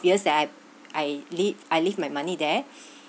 years that I I lea~ I leave my money there